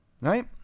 right